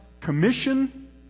commission